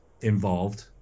involved